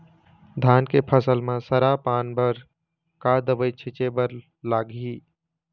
धान के फसल म सरा पान बर का दवई छीचे बर लागिही?